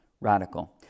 radical